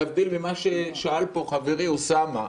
להבדיל ממה ששאל פה חברי אוסאמה,